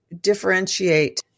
differentiate